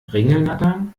ringelnattern